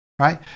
right